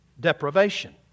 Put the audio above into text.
Deprivation